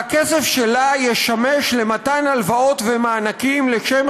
והכסף שלה ישמש למתן הלוואות ומענקים לשם